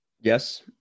yes